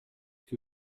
que